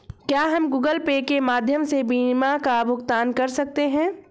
क्या हम Google Pay के माध्यम से बीमा का भुगतान कर सकते हैं?